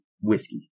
whiskey